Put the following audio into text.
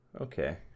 okay